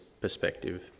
perspective